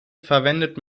verwendet